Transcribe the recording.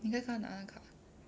你应该跟他拿卡